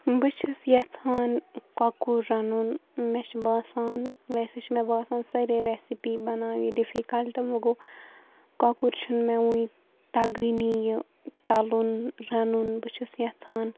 بہٕ چھَس یَژھان کۄکُر رَنُن مےٚ چھُ باسان ویسے چھِ مےٚ باسان سٲریے ریسِپی بَناوٕنۍ یہِ ڈِفِکَلٹ وٕ گوٚو کۄکُر چھُنہٕ مےٚ وٕنۍ تَگٲنی یہِ تَلُن رَنُن بہٕ چھَس یَژھان